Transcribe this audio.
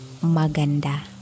maganda